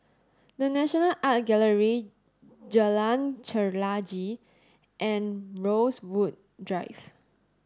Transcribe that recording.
the National Art Gallery Jalan Chelagi and Rosewood Drive